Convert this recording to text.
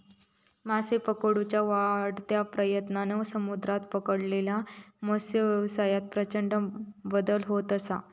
मासे पकडुच्या वाढत्या प्रयत्नांन समुद्रात पकडलेल्या मत्सव्यवसायात प्रचंड बदल होत असा